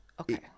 Okay